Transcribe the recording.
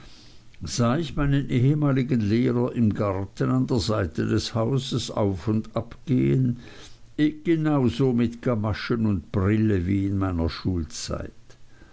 sah ich meinen ehemaligen lehrer im garten an der seite des hauses auf und ab gehen genau so mit gamaschen und brille wie in meiner schulzeit